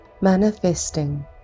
Manifesting